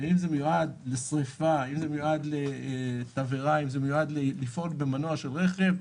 אם זה מיועד לשריפה או לתבערה או לפעול במנוע של רכב,